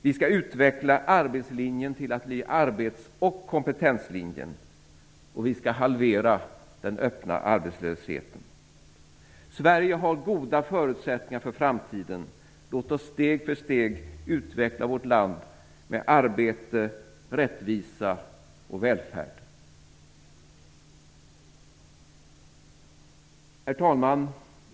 Vi skall utveckla arbetslinjen till att bli arbetsoch kompetenslinjen, och vi skall halvera den öppna arbetslösheten. Sverige har goda förutsättningar inför framtiden. Låt oss steg för steg utveckla vårt land med arbete, rättvisa och välfärd. Herr talman!